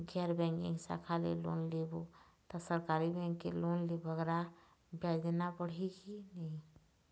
गैर बैंकिंग शाखा ले लोन लेबो ता सरकारी बैंक के लोन ले बगरा ब्याज देना पड़ही ही कि नहीं?